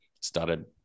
started